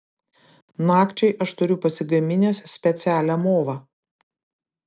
nakčiai aš turiu pasigaminęs specialią movą